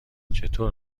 چطور